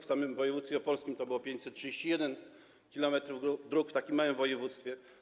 W samym województwie opolskim to było 531 km dróg, w tak małym województwie.